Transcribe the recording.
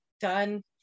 done